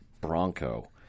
bronco